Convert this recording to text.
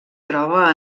troba